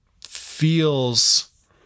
feels